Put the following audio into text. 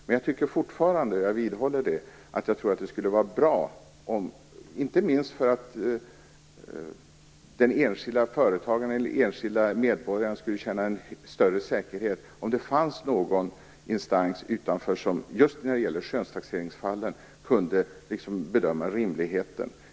Men jag vidhåller att det vore bra, inte minst för att den enskilde företagaren eller medborgaren skulle känna en större säkerhet, om det fanns någon instans utanför som just när det gäller skönstaxeringsfallen kunde bedöma rimligheten.